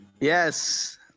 Yes